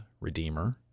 redeemer